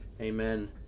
Amen